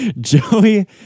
Joey